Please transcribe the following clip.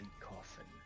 coffin